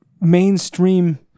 mainstream